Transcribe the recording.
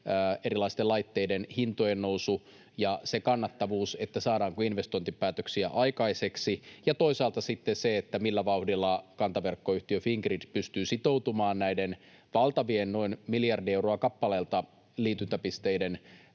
erilaisten laitteiden hintojen, nousu ja se kannattavuus, saadaanko investointipäätöksiä aikaiseksi, ja toisaalta sitten se, millä vauhdilla kantaverkkoyhtiö Fingrid pystyy sitoutumaan tähän valtavaan, noin miljardi euroa kappaleelta, liityntäpisteisiin